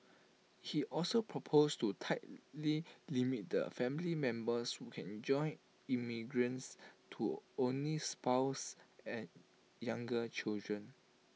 he also proposed to tightly limit the family members who can join immigrants to only spouses and younger children